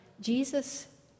Jesus